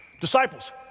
Disciples